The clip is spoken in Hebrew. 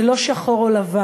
זה לא שחור או לבן,